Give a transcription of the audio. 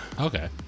Okay